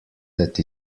that